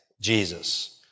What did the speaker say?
Jesus